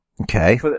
Okay